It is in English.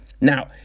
Now